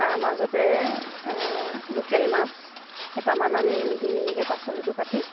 তাৰমাজতে local মাছ কেইটামান আনি মিহি মিহিকৈ পাচলিটো কাটি